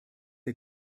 der